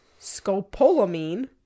scopolamine